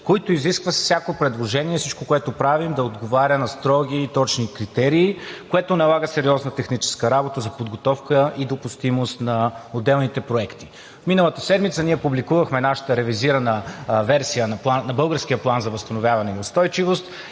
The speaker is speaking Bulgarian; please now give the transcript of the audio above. който изисква всяко предложение, всичко, което правим, да отговаря на строги и точни критерии, което налага сериозна техническа работа за подготовка и допустимост на отделните проекти. Миналата седмица ние публикувахме нашата ревизирана версия на българския План за възстановяване и устойчивост